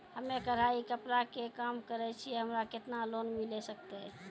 हम्मे कढ़ाई कपड़ा के काम करे छियै, हमरा केतना लोन मिले सकते?